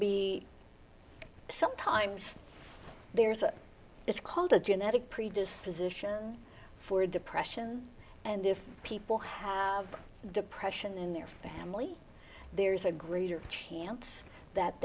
be sometimes there's this called a genetic predisposition for depression and if people have depression in their family there's a greater chance that